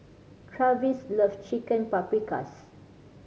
Travis loves Chicken Paprikas